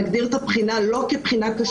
אני לא חושבת שצריך להגדיר את הבחינה כבחינה קשה.